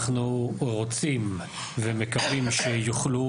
אנחנו רוצים ומקווים שיוכלו,